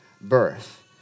birth